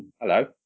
hello